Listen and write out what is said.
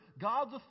God's